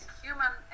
human